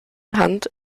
hand